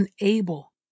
unable